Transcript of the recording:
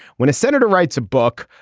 when a senator writes a book,